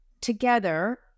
together